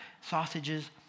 sausages